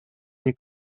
nie